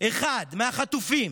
אחד מהחטופים